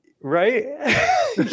right